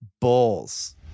Bulls